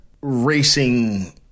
Racing